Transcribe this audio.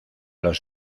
los